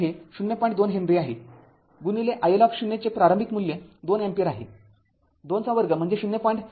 २ henry आहे iL० चे प्रारंभिक मूल्य २ अँपिअर आहे २ चा वर्ग म्हणजे ०